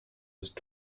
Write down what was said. ist